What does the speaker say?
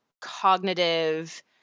cognitive